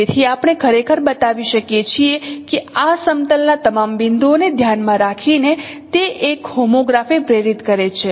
તેથી આપણે ખરેખર બતાવી શકીએ છીએ કે આ સમતલ ના તમામ બિંદુઓને ધ્યાનમાં રાખીને તે એક હોમોગ્રાફી પ્રેરિત કરે છે